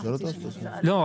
כרגע,